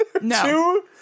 No